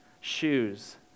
shoes